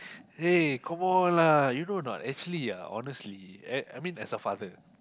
hey come on lah you know a not actually ah honestly as I mean as a father